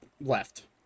left